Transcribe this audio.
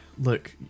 Look